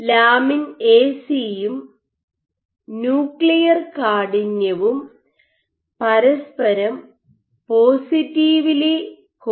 lamin AC lamin AC യും nuclear കാഠിന്യവും പരസ്പരം പോസിറ്റീവിലി കോറിലേറ്റഡ് ആണ്